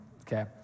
okay